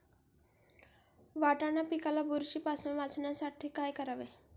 वाटाणा पिकाला बुरशीपासून वाचवण्यासाठी काय करावे?